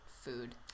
Food